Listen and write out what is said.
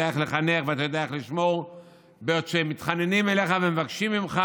איך לחנך ואתה יודע איך לשמור בעוד הם מתחננים אליך ומבקשים ממך: